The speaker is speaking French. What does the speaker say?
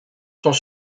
sont